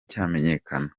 cyamenyekana